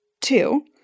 two